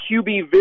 QB